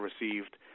received